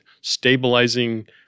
stabilizing